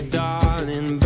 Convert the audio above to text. darling